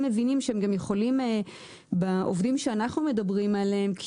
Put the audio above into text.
מבינים שהם גם יכולים בעובדים שאנחנו מדברים עליהם,